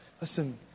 Listen